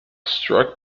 struck